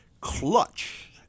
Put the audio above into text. Clutch